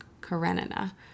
Karenina